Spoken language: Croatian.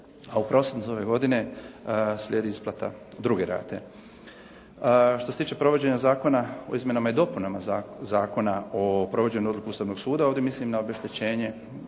a u prosincu ove godine slijedi isplata druge rate. Što se tiče provođenja Zakona o izmjenama i dopunama Zakona o provođenju odluke Ustavnog suda, ovdje mislim na obeštećenje